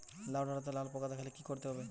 লাউ ডাটাতে লাল পোকা দেখালে কি করতে হবে?